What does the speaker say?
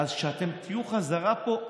כשאתם תהיו חזרה פה,